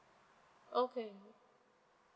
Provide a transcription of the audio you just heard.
okay